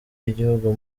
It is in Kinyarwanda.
y’igihugu